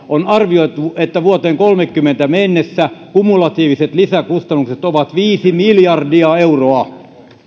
on arvioitu että vuoteen kolmessakymmenessä mennessä kumulatiiviset lisäkustannukset ovat viisi miljardia euroa